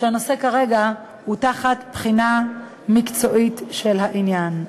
הנושא כרגע הוא תחת בחינה מקצועית של העניין.